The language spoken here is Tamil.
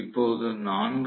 இப்போது 4